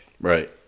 right